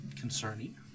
concerning